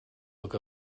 look